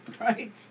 Right